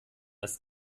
ist